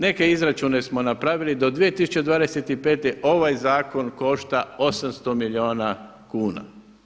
Neke izračune smo napravili, do 2025. ovaj zakon košta 800 milijuna kuna.